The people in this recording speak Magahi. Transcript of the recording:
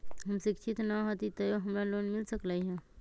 हम शिक्षित न हाति तयो हमरा लोन मिल सकलई ह?